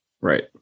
right